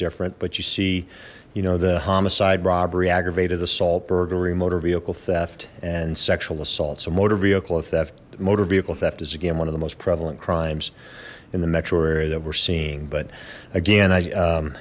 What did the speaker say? different but you see you know the homicide robbed aggravated assault burglary motor vehicle theft and sexual assaults a motor vehicle theft motor vehicle theft is again one of the most prevalent crimes in the metro area that we're seeing but again i